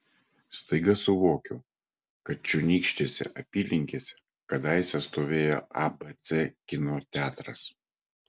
staiga suvokiu kad čionykštėse apylinkėse kadaise stovėjo abc kino teatras